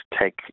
take